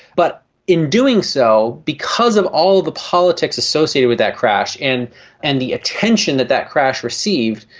but in doing so, because of all the politics associated with that crash and and the attention that that crash received,